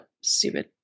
stupid